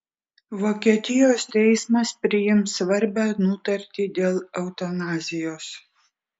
vokietijos teismas priims svarbią nutartį dėl eutanazijos